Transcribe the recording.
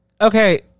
okay